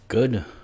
Good